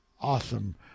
awesome